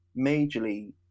majorly